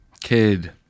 Kid